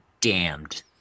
damned